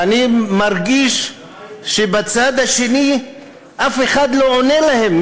ואני מרגיש שבצד השני אף אחד לא עונה להם,